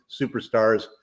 superstars